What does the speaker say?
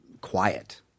quiet